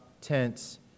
tents